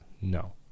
No